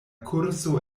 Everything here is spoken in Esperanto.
kurso